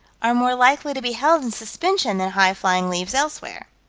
are more likely to be held in suspension than highflying leaves elsewhere.